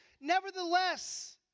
Nevertheless